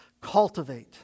Cultivate